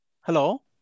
Hello